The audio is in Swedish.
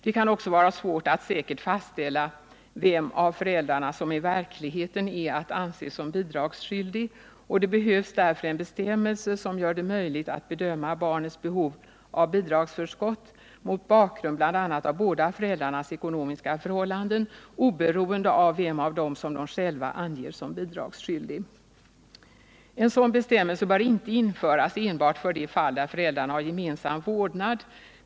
Det kan också vara svårt att säkert fastställa vem av föräldrarna som i verkligheten är att anse som bidragsskyldig, och det behövs därför en bestämmelse som gör det möjligt att bedöma barnets behov av bidragsförskott mot bakgrund bl.a. av båda föräldrarnas ekonomiska förhållanden, oberoende av vem som är bidragsskyldig. En sådan bestämmelse bör inte införas enbart för de fall där föräldrarna har gemensam vårdnad.